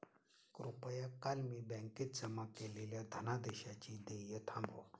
कृपया काल मी बँकेत जमा केलेल्या धनादेशाचे देय थांबवा